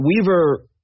Weaver